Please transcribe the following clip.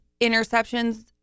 interceptions